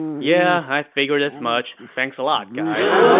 yeah, i figured as much. thanks a lot guys.